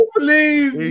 please